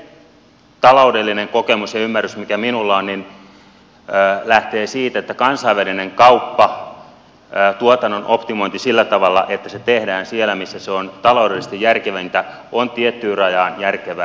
se taloudellinen kokemus ja ymmärrys mikä minulla on lähtee siitä että kansainvälinen kauppa tuotannon optimointi sillä tavalla että se tehdään siellä missä se on taloudellisesti järkevintä on tiettyyn rajaan järkevää